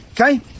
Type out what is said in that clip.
okay